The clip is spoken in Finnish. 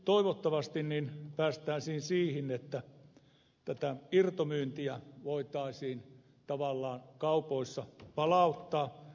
toivottavasti päästäisiin siihen että tätä irtomyyntiä voitaisiin tavallaan kaupoissa palauttaa